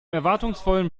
erwartungsvollen